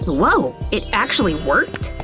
woah! it actually worked!